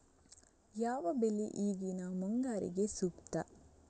ಯಾವ ಬೆಳೆ ಈಗಿನ ಮುಂಗಾರಿಗೆ ಸೂಕ್ತ?